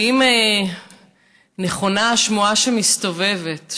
אם נכונה השמועה שמסתובבת,